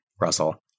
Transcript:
Russell